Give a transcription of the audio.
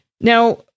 Now